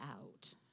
out